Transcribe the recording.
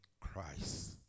Christ